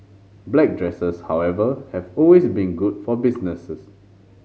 black dresses however have always been good for businesses